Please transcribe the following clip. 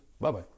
Bye-bye